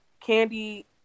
Candy